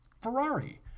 Ferrari